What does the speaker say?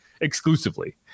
exclusively